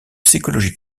psychologie